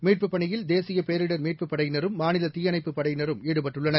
மீட்புப் பணியில் தேசியபேரிடர் மீட்புப் படையினரும் மாநிலதீயணைப்புப் படையினரும் ஈடுபட்டுள்ளனர்